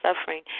suffering